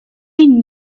une